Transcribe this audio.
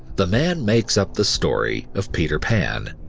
the man makes up the story of peter pan.